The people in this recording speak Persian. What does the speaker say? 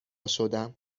شدم